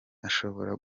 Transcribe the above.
ashobora